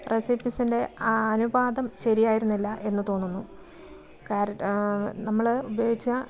റെസിപ്പീസിൻ്റെ അനുപാതം ശരിയായിരുന്നില്ല എന്ന് തോന്നുന്നു കാര നമ്മൾ ഉപയോഗിച്ച